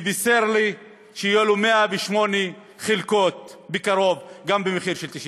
והוא בישר לי שיהיו לו בקרוב 108 חלקות במחיר של,